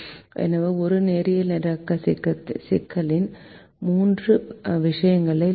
எனவே ஒரு நேரியல் நிரலாக்க சிக்கலுக்கு மூன்று விஷயங்கள் உள்ளன